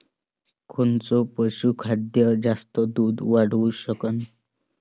कोनचं पशुखाद्य जास्त दुध वाढवू शकन?